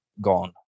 gone